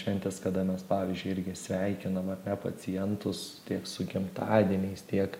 šventės kada mes pavyzdžiui irgi sveikinam ar ne pacientus tiek su gimtadieniais tiek